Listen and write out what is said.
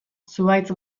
zuhaitz